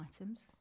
items